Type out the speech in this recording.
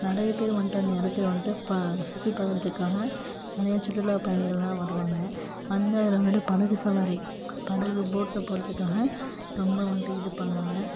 நிறைய பேர் வந்துட்டு அந்த இடத்துல வந்துட்டு ப சுற்றி பார்க்கறதுக்காக நிறையா சுற்றுலாப் பயணிகள்லாம் வருவாங்க வந்து அதில் வந்துட்டு படகு சவாரி படகு போட்டில் போகிறதுக்காக ரொம்ப வந்துட்டு இது பண்ணுவாங்க